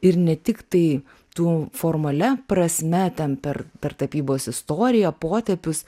ir ne tiktai tu formalia prasme ten per per tapybos istoriją potėpius